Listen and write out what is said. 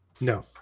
No